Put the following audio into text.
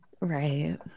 Right